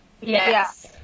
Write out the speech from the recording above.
Yes